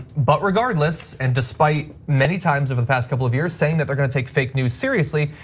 but regardless, and despite many times over the past couple of years saying that they're gonna take fake news seriously,